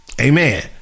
Amen